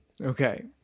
Okay